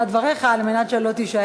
Did I make myself perfectly